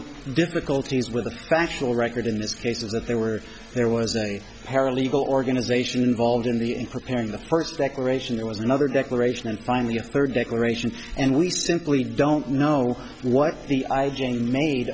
the difficulties with the factual record in this case is that there were there was a paralegal organization involved in the in preparing the first declaration there was another declaration and finally a third declaration and we simply don't know what the